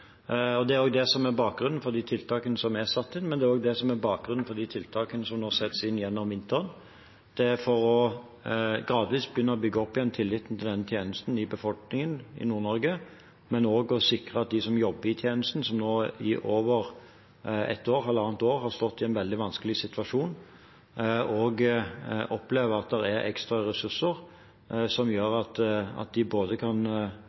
Det er bakgrunnen for de tiltakene som er satt inn, og det er også bakgrunnen for de tiltakene som nå settes inn gjennom vinteren. Det er for gradvis å bygge opp igjen tilliten til tjenesten hos befolkningen i Nord-Norge og også å sikre at de som jobber i tjenesten, som nå i over halvannet år har stått i en vanskelig situasjon, opplever at det er ekstra ressurser som gjør at de ikke bare kan